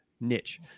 niche